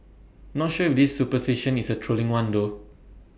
not sure if this superstition is A trolling one though